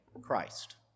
Christ